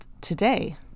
today